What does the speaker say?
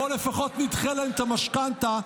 בואו לפחות נדחה להם את המשכנתה.